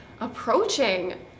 approaching